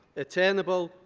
attainable,